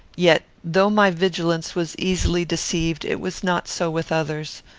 yet, though my vigilance was easily deceived, it was not so with others.